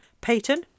Peyton